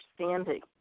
understanding